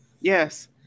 yes